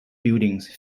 buildings